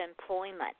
employment